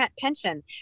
pension